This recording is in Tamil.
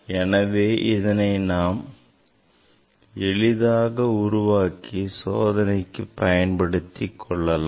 எனவே இதனை நாம் எளிதாக உருவாக்கி சோதனைக்கு பயன்படுத்திக் கொள்ளலாம்